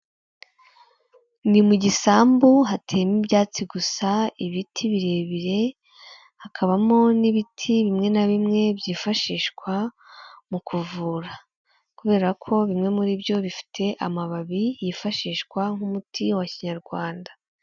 Ni mu gisambu hateyemo ibyatsi gusa, ibiti birebire hakabamo n'ibiti bimwe na bimwe byifashishwa mu kuvura, kubera ko bimwe muri byo bifite amababi yifashishwa nk'umuti wa kinyarwanda.